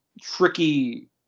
tricky